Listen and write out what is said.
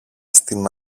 στην